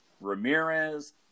Ramirez